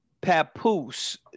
Papoose